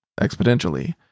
exponentially